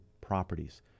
properties